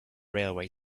railway